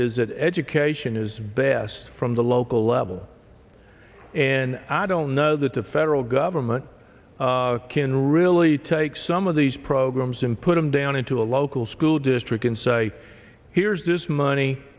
is that education is best from the local level and i don't know that the federal government can really take some of these programs and put them down into a local school district and say here's this money